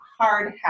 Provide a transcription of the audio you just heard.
hardhat